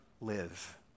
live